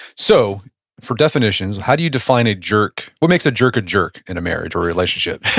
so for definitions, how do you define a jerk? what makes a jerk a jerk in a marriage or relationship?